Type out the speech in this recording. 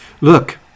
Look